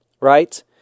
right